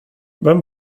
vem